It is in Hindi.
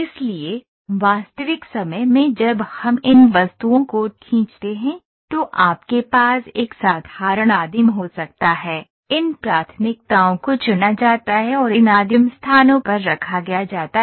इसलिए वास्तविक समय में जब हम इन वस्तुओं को खींचते हैं तो आपके पास एक साधारण आदिम हो सकता है इन प्राथमिकताओं को चुना जाता है और इन आदिम स्थानों पर रखा जाता है